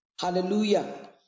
hallelujah